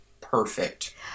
perfect